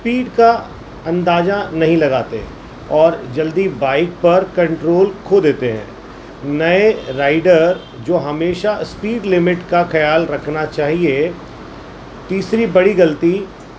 speed کا اندازہ نہیں لگاتے اور جلدی بائک پر کنٹرول کھو دیتے ہیں نئے رائڈر جو ہمیشہ اسپیڈ لمٹ کا خیال رکھنا چاہیے تیسری بڑی غلطی